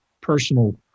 personal